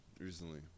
recently